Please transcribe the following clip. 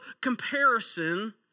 comparison